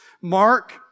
Mark